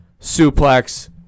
suplex